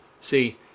see